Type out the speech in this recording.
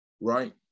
right